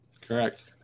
Correct